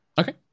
okay